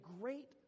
great